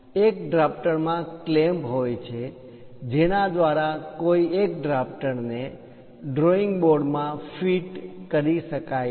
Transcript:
એક ડ્રાફ્ટર માં ક્લેમ્પ હોય છે જેના દ્વારા કોઈ એક ડ્રાફ્ટર ને ડ્રોઇંગ બોર્ડમાં ફીટ ફિક્સ કરી શકાય છે